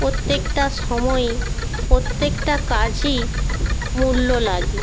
প্রত্যেকটা সময়ই প্রত্যেকটা কাজই মূল্য লাগে